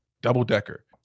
Double-decker